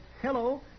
hello